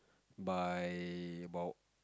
by about